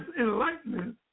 enlightenment